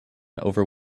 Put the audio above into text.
over